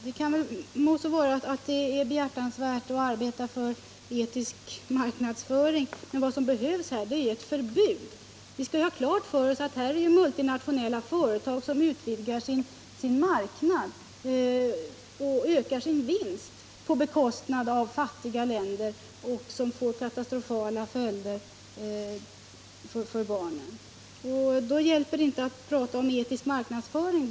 Herr talman! Det må så vara att det är behjärtansvärt att arbeta för etisk marknadsföring, men vad som behövs är ju ett förbud. Vi skall ha klart för oss att här är det fråga om att multinationella företag utvidgar sin marknad och ökar sin vinst på bekostnad av människorna i fattiga länder, något som får katastrofala följder för barnen. Det hjälper inte att prata om etisk marknadsföring.